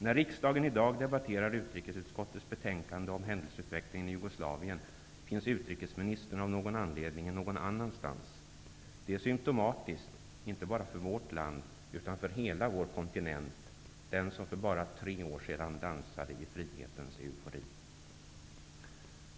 När riksdagen i dag debatterar utrikesutskottets betänkande om händelseutvecklingen i Jugoslavien, finns utrikesministern av någon anledning någon annanstans. Det är symptomatiskt, inte bara för vårt land, utan för hela vår kontinent -- den som för bara tre år sedan dansade i frihetens eufori.